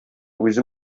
үзе